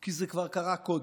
כי זה כבר קרה קודם,